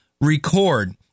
record